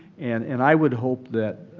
and and i would hope that,